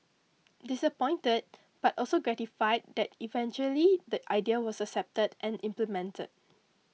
disappointed but also gratified that eventually the idea was accepted and implemented